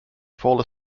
fall